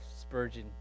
Spurgeon